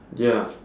ya